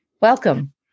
Welcome